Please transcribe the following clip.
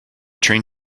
train